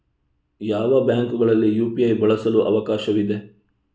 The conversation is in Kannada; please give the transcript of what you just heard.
ಯಾವ ಬ್ಯಾಂಕುಗಳಲ್ಲಿ ಯು.ಪಿ.ಐ ಬಳಸಲು ಅವಕಾಶವಿದೆ?